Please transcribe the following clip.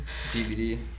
DVD